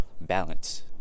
balance